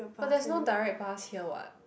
but there's no direct bus here what